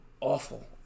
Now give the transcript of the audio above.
Awful